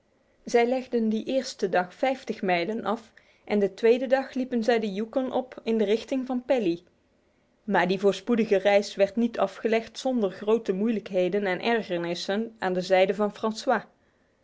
zij legden die eerste dag vijftig mijlen af en de tweede dag liepen zij de yukon op in de richting van pelly maar die voorspoedige reis werd niet afgelegd zonder grote moeilijkheden en ergernis aan de zijde van francois